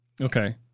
Okay